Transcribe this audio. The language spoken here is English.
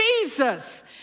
Jesus